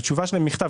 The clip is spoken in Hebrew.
תשובת המכתב,